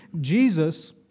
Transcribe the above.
Jesus